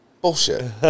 Bullshit